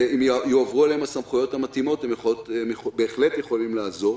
אם יועברו אליהם הסמכויות המתאימות הם בהחלט יכולים לעזור.